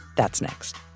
that's next